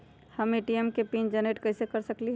हम ए.टी.एम के pin generate कईसे कर सकली ह?